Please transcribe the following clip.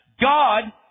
God